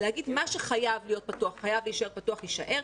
להגיד: מה שחייב להישאר פתוח יישאר,